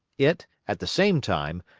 it, at the same time,